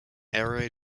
area